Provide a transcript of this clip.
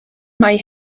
mae